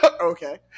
Okay